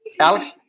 Alex